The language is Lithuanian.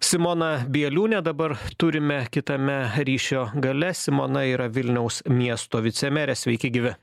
simoną bieliūnę dabar turime kitame ryšio gale simona yra vilniaus miesto vicemerė sveiki gyvi